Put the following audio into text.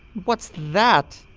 what's that?